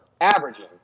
averaging